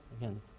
Again